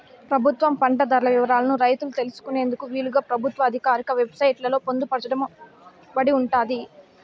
ప్రభుత్వం పంట ధరల వివరాలను రైతులు తెలుసుకునేందుకు వీలుగా ప్రభుత్వ ఆధికారిక వెబ్ సైట్ లలో పొందుపరచబడి ఉంటాది